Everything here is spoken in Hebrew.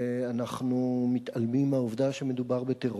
ואנחנו מתעלמים מהעובדה שמדובר בטרור.